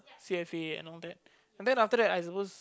C_F_A and all that and then after that I suppose